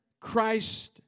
Christ